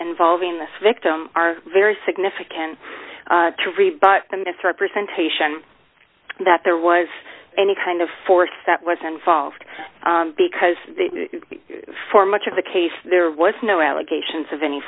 involving this victim are very significant to rebut the misrepresentation that there was any kind of force that was involved because for much of the case there was no allegations of any